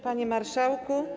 Panie Marszałku!